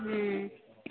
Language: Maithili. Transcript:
हूँ